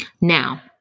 Now